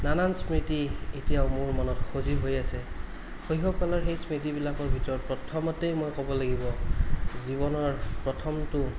নানান স্মৃতি এতিয়াও মোৰ মনত সজীৱ হৈ আছে শৈশৱকালৰ সেই স্মৃতিবিলাকৰ ভিতৰত প্ৰথমতেই মই ক'ব লাগিব জীৱনৰ প্ৰথমটো